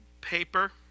paper